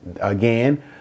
Again